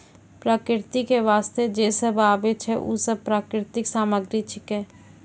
प्रकृति क वास्ते जे सब आबै छै, उ सब प्राकृतिक सामग्री छिकै